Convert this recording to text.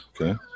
Okay